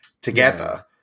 together